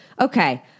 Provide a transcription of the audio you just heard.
Okay